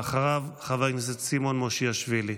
ואחריו, חבר הכנסת סימון מושיאשוילי.